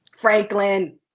franklin